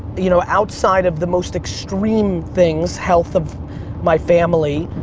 you know outside of the most extreme things, health of my family,